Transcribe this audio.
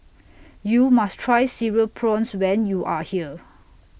YOU must Try Cereal Prawns when YOU Are here